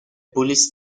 police